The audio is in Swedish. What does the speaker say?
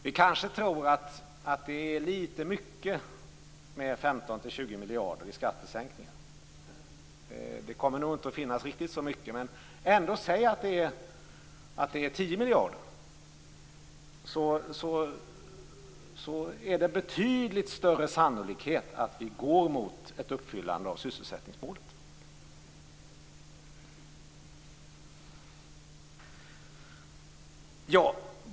Vi kanske tror att det är lite mycket med 15-20 miljarder i skattesänkningar. Det kommer inte att finnas riktigt så mycket utrymme. Men det går ändå att med siffran 10 miljarder säga att det finns en betydligt större sannolikhet att vi går mot ett uppfyllande av sysselsättningsmålet.